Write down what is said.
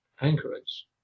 Anchorage